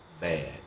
bad